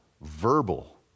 verbal